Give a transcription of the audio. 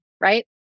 Right